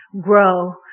grow